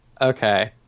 Okay